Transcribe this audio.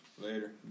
Later